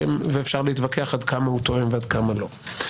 ואפשר להתווכח עד כמה הוא תואם ועד כמה לא.